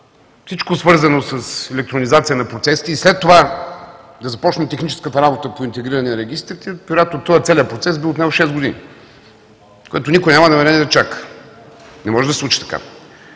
всичко свързано с електронизация на процесите и след това да започне техническата работа по интегриране на регистрите, вероятно този целият процес би отнел шест години, което никой няма намерение да чака – не може да се случи така.